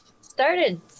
started